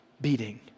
beating